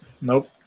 nope